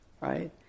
right